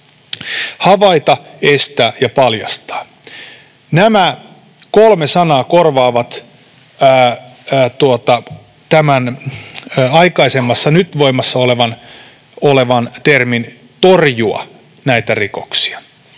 Havaita, estää ja paljastaa — nämä kolme sanaa korvaavat aikaisemman, nyt voimassa olevan termin ”torjua rikoksia”.